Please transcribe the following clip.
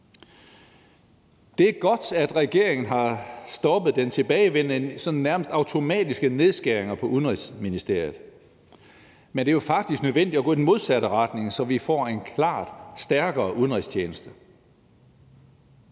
Det er godt, at regeringen har stoppet de tilbagevendende og nærmest automatiske nedskæringer på Udenrigsministeriet. Men det er jo faktisk nødvendigt at gå i den modsatte retning, så vi får en klart stærkere udenrigstjeneste.